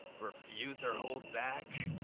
refuse or hold back